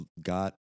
got